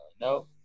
No